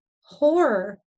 horror